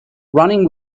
running